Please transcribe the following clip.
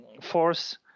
force